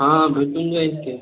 हां भेटून जाईन की